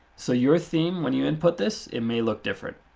so your theme when you input this, it may look different.